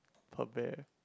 per bear